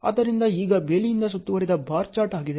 ಆದ್ದರಿಂದ ಈಗ ಇದು ಬೇಲಿಯಿಂದ ಸುತ್ತುವರಿದ ಬಾರ್ ಚಾರ್ಟ್ ಆಗಿದೆ